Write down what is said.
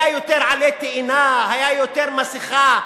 היה יותר עלה תאנה, היה יותר מסכה,